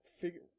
figure